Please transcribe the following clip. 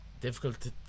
Difficult